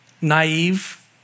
naive